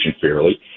fairly